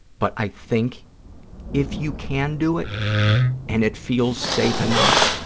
but i think if you can do it and it feels safe enough,